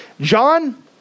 John